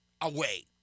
away